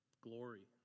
Glory